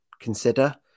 consider